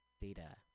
Data